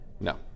No